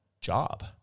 job